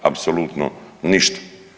Apsolutno ništa.